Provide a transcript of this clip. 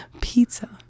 Pizza